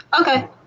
Okay